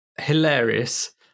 hilarious